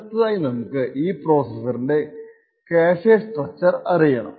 അടുത്തതായി നമുക്ക് ഈ പ്രോസെസ്സറിന്റെ ക്യാഷെ സ്ട്രക്ച്ചർ അറിയണം